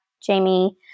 Jamie